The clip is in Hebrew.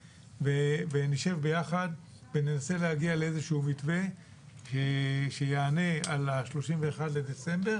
ונשב ביחד וננסה להגיע לאיזשהו מתווה שיענה על ה-31 בדצמבר